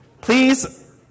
please